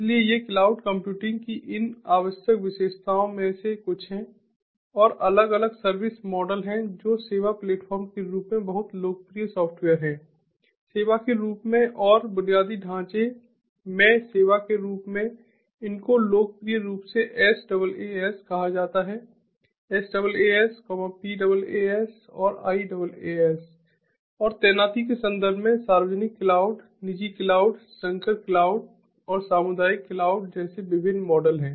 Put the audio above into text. इसलिए ये cloud computing की इन आवश्यक विशेषताओं में से कुछ हैं और अलग अलग सर्विस मॉडल हैं जो सेवा प्लेटफॉर्म के रूप में बहुत लोकप्रिय सॉफ्टवेयर हैं सेवा के रूप में और बुनियादी ढाँचे में सेवा के रूप में इनको लोकप्रिय रूप से SaaS कहा जाता है SaaS PaaS और IaaS और तैनाती के संदर्भ में सार्वजनिक क्लाउड निजी क्लाउड संकर क्लाउड और सामुदायिक क्लाउड जैसे विभिन्न मॉडल हैं